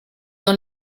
dans